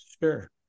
sure